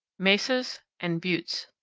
mesas and buttes.